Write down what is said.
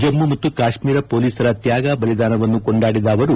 ಜಮ್ಮ ಮತ್ತು ಕಾಶ್ಮೀರ ಮೊಲೀಸರ ತ್ಯಾಗ ಬಲಿದಾನವನ್ನು ಕೊಂಡಾಡಿದ ಅವರು